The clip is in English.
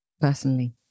personally